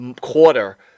quarter